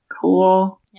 Cool